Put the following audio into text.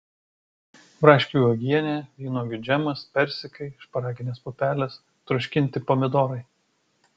braškių uogienė vynuogių džemas persikai šparaginės pupelės troškinti pomidorai